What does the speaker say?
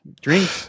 drink